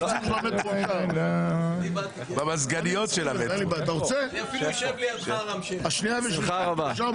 אני אפילו אשב ליד רם שפע.